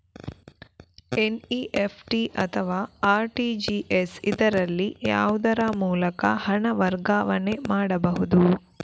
NEFT ಅಥವಾ RTGS, ಇದರಲ್ಲಿ ಯಾವುದರ ಮೂಲಕ ಹಣ ವರ್ಗಾವಣೆ ಮಾಡಬಹುದು?